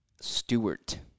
Stewart